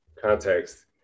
context